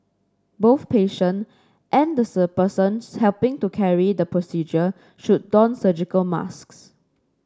both patient and the sir persons helping to carry the procedure should don surgical masks